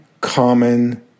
common